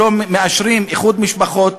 שלא מאשרים איחוד משפחות?